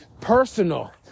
personal